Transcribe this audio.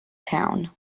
town